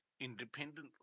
independently